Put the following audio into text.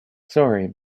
sorry